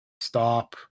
stop